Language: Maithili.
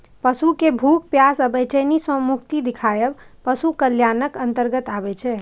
पशु कें भूख, प्यास आ बेचैनी सं मुक्ति दियाएब पशु कल्याणक अंतर्गत आबै छै